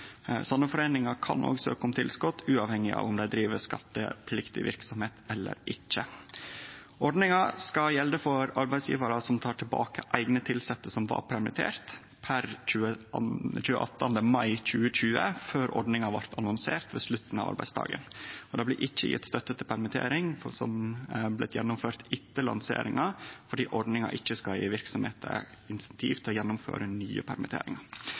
foreiningar kan søkje om tilskot uavhengig av om dei driv skattepliktig verksemd eller ikkje. Ordninga skal gjelde for arbeidsgjevarar som tek tilbake eigne tilsette som var permitterte per 28. mai 2020, før ordninga blei annonsert ved slutten av arbeidsdagen. Det blir ikkje gjeve støtte til permittering som er blitt gjennomført etter lanseringa, fordi ordninga ikkje skal gje verksemder insentiv til å gjennomføre nye